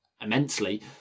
immensely